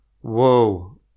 Whoa